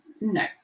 no